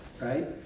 right